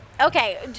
Okay